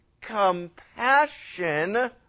compassion